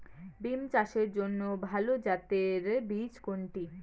বিম চাষের জন্য ভালো জাতের বীজ কোনটি?